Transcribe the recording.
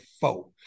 four